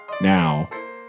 now